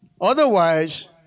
Otherwise